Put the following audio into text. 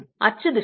அச்சு திசையில்